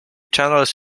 channels